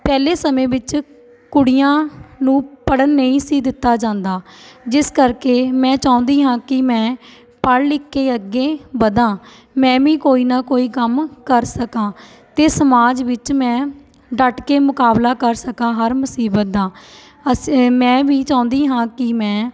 ਪਹਿਲੇ ਸਮੇਂ ਵਿੱਚ ਕੁੜੀਆਂ ਨੂੰ ਪੜ੍ਹਨ ਨਹੀਂ ਸੀ ਦਿੱਤਾ ਜਾਂਦਾ ਜਿਸ ਕਰਕੇ ਮੈਂ ਚਾਹੁੰਦੀ ਹਾਂ ਕਿ ਮੈਂ ਪੜ੍ਹ ਲਿਖ ਕੇ ਅੱਗੇ ਵਧਾ ਮੈਂ ਵੀ ਕੋਈ ਨਾ ਕੋਈ ਕੰਮ ਕਰ ਸਕਾਂ ਅਤੇ ਸਮਾਜ ਵਿੱਚ ਮੈਂ ਡਟ ਕੇ ਮੁਕਾਬਲਾ ਕਰ ਸਕਾਂ ਹਰ ਮੁਸੀਬਤ ਦਾ ਅਸ ਮੈਂ ਵੀ ਚਾਹੁੰਦੀ ਹਾਂ ਕਿ ਮੈਂ